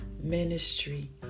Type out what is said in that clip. ministry